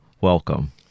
Welcome